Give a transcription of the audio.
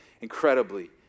incredibly